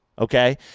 okay